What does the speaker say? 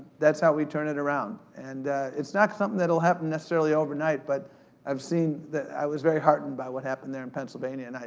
that's how we turn it around. and it's not something that'll happen necessarily overnight but i've seen that, i was very heartened by what happened there in pennsylvania. and